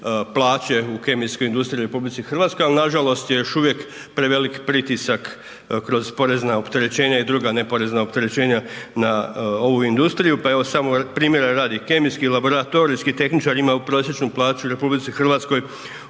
plaće u kemijskoj industriji u RH, ali nažalost je još uvijek prevelik pritisak kroz porezna opterećenja i druga neporezna opterećenja na ovu industriju. Pa evo, samo primjera radi, kemijski laboratorijski tehničar ima prosječnu plaću u RH od